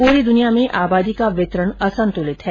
पूरी दुनिया में आबादी का वितरण असंतुलित है